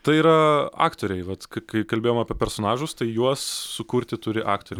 tai yra aktoriai vat kai kai kalbėjom apie personažus tai juos sukurti turi aktor